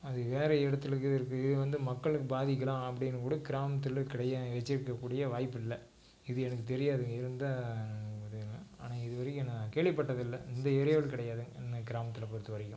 அது வேறு இடத்துல எங்கேயோ தான் இருக்கும் இது வந்து மக்களை பாதிக்கலாம் அப்படின்னு கூட கிராமத்தில் கிடையாது வெச்சுருக்கக் கூடிய வாய்ப்பில்லை இது எனக்குத் தெரியாது இருந்தால் ஒரு ஆனால் இதுவரைக்கும் நான் கேள்விப்பட்டதில்லை இந்த ஏரியாவில் கிடையாதுங்க எங்கள் கிராமத்தில் பொறுத்தவரைக்கும்